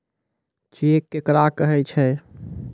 Cheque केकरा कहै छै?